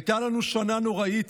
הייתה לנו שנה נוראית.